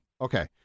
okay